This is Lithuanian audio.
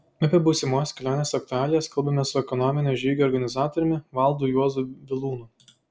apie būsimos kelionės aktualijas kalbamės su ekonominio žygio organizatoriumi valdu juozu vilūnu